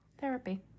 therapy